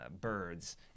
birds